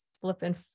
flipping